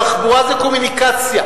תחבורה וקומוניקציה,